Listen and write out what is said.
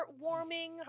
heartwarming